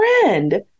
friend